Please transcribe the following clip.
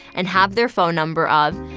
and have their phone number up.